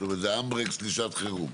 זאת אומרת זה אמברקס לשעת חירום.